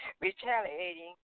retaliating